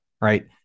Right